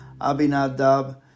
Abinadab